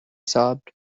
sobbed